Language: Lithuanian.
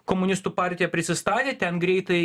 komunistų partija prisistatė ten greitai